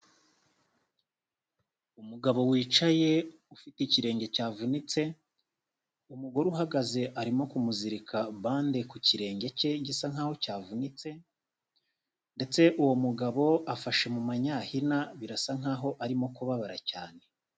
Umugabo wicaye ufite ikirenge cyavunitse, umugore uhagaze arimo kumuzirika bande ku kirenge cye gisa nkaho cyavunitse, ndetse uwo mugabo afashe mu manyahina birasa nkaho arimo kubabara cyane.